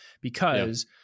because-